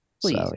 Please